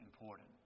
important